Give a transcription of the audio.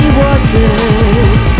waters